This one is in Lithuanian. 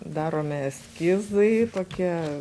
daromi eskizai tokie